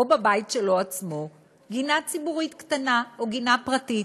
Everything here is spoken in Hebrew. בבית שלו עצמו גינה ציבורית קטנה או גינה פרטית.